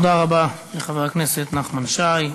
תודה רבה לחבר הכנסת נחמן שי.